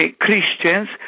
Christians